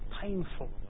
painful